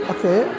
Okay